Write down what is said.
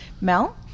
Mel